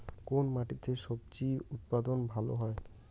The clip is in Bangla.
কোন মাটিতে স্বজি উৎপাদন ভালো হয়?